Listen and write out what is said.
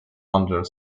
under